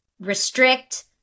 restrict